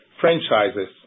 franchises